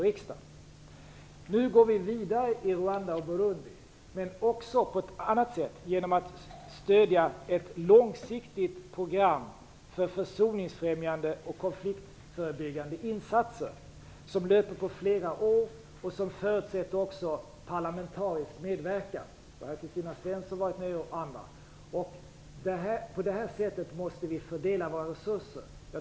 Vi går nu vidare i Rwanda och Burundi genom att också stödja ett långsiktigt program för försoningsfrämjande och konfliktförebyggande insatser, som löper på flera år och som även förutsätter parlamentarisk medverkan. Kristina Svensson och andra har varit med i detta arbete. På detta sätt måste vi fördela våra resurser.